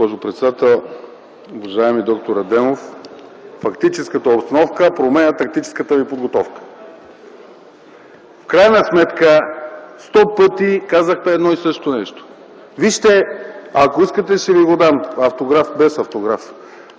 Благодаря, госпожо председател. Уважаеми д-р Адемов, фактическата обстановка променя тактическата ви подготовка. В крайна сметка сто пъти казахте едно и също нещо. Вижте, ако искате ще Ви го дам без автограф